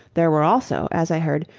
there were also, as i heard,